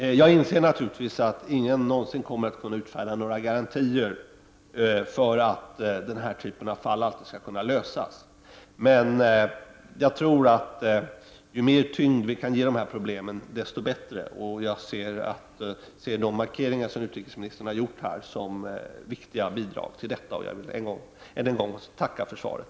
Jag inser naturligtvis att ingen någonsin kommer att kunna utfärda några garantier för att sådana här fall alltid skall kunna lösas, men jag tror att ju mer tyngd vi kan ge åt dessa problem desto bättre är det. Jag ser de markeringar som utrikesministern har gjort som viktiga bidrag till detta. Jag vill än en gång tacka för svaret.